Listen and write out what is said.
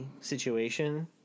situation